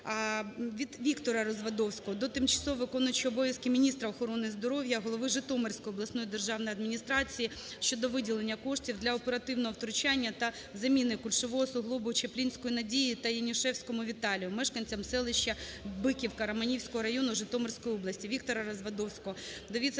ВіктораРазвадовського до тимчасово виконуючого обов'язки міністра охорони здоров'я, голови Житомирської обласної державної адміністрації щодо виділення коштів для оперативного втручання та заміни кульшового суглобу Чаплінської Надії та Янішевському Віталію, мешканцям селища Биківка Романівського району Житомирської області. ВіктораРазвадовського до